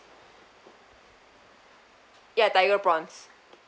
ya tiger prawns